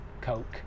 coke